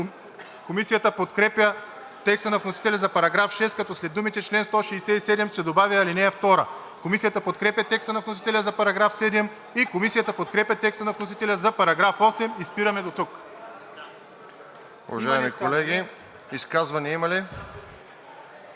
Комисията подкрепя текста на вносителя за § 6, като след думите „чл. 167“ се добавя „ал. 2“. Комисията подкрепя текста на вносителя за § 7. Комисията подкрепя текста на вносителя за § 8. Спираме дотук.